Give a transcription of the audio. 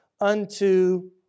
unto